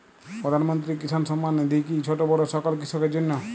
প্রধানমন্ত্রী কিষান সম্মান নিধি কি ছোটো বড়ো সকল কৃষকের জন্য?